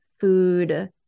food